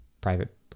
private